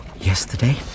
Yesterday